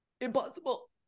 impossible